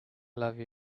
love